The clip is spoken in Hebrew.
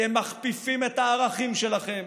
אתם מכפיפים את הערכים שלכם,